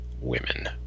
women